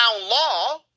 law